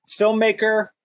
filmmaker